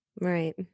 Right